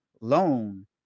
loan